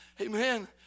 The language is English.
Amen